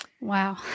Wow